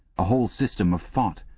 a whole system of thought,